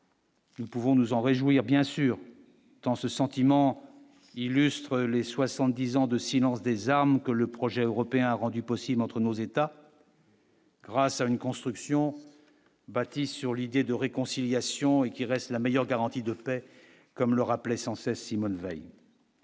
Nous pouvons nous en réjouir, bien sûr, tant ce sentiment illustrent les 70 ans de silence des armes que le projet européen rendu possible entre nos états. Grâce à une construction bâtie sur l'idée de réconciliation et qui reste la meilleure garantie de paix comme le rappelait sans cesse Simone Veil.